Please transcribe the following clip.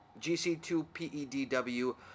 GC2PEDW